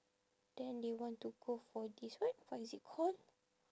then they want to go for this what what is it call